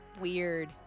Weird